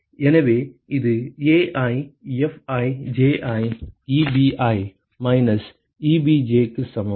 எனவே இது AiFijEbi minus Ebj க்கு சமம்